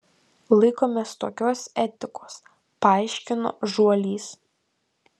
laikomės tokios etikos paaiškino žuolys